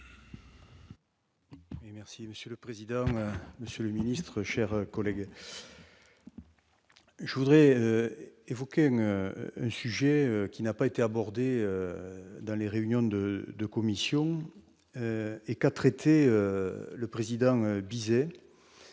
Merci monsieur le président, monsieur le ministre, chers collègues. Je voudrais évoquer ne un sujet qui n'a pas été abordé dans les réunions de de commissions et qu'à traiter le président disait